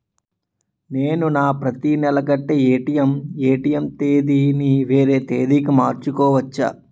నేను నా ప్రతి నెల కట్టే ఈ.ఎం.ఐ ఈ.ఎం.ఐ తేదీ ని వేరే తేదీ కి మార్చుకోవచ్చా?